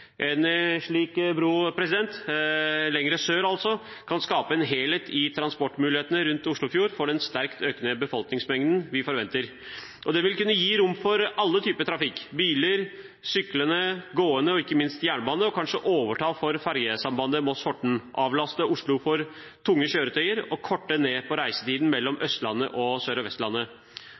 Den vil kunne gi rom for alle typer trafikk – biler, syklende, gående og ikke minst jernbane – og vil kanskje overta for ferjesambandet Moss–Horten, avlaste Oslo for tunge kjøretøy og korte ned på reisetiden mellom Østlandet og Sør- og Vestlandet.